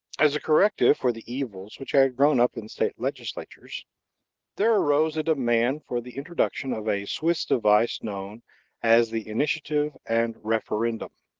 as a corrective for the evils which had grown up in state legislatures there arose a demand for the introduction of a swiss device known as the initiative and referendum.